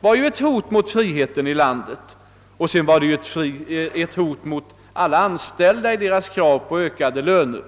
var, enligt oppositionen, ett hot mot friheten i landet och även mot alla anställda i deras krav på ökade löner.